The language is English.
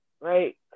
right